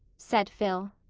said phil.